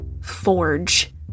forge